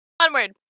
Onward